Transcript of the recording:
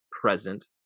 present